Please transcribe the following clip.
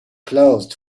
closed